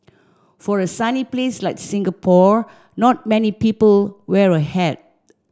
for a sunny place like Singapore not many people wear a hat